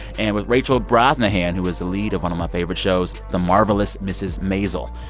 and with rachel brosnahan, who is the lead of one of my favorite shows, the marvelous mrs. maisel.